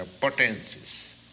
potencies